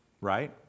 Right